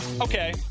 Okay